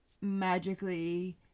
magically